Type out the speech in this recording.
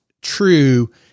true